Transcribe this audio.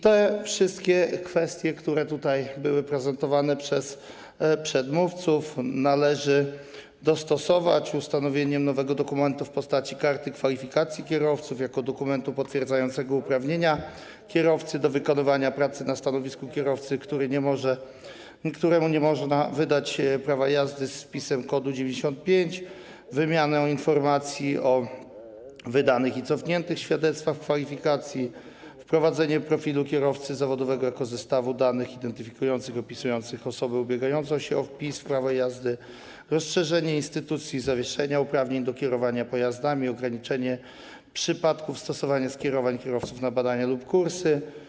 Te wszystkie kwestie, które były prezentowane przez przedmówców, należy dostosować poprzez: ustanowienie nowego dokumentu w postaci karty kwalifikacji kierowcy jako dokumentu potwierdzającego uprawnienia kierowcy do wykonywania pracy na stanowisku kierowcy, któremu nie można wydać prawa jazdy z wpisem kodu 95; wymianę informacji o wydanych i cofniętych świadectwach kwalifikacji; wprowadzenie profilu kierowcy zawodowego jako zestawu danych identyfikujących i opisujących osobę ubiegającą się o wpis w prawie jazdy; rozszerzenie instytucji zawieszenia uprawnień do kierowania pojazdami i ograniczenie przypadków stosowania skierowań kierowców na badania lub kursy.